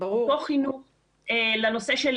חינוך לנושא של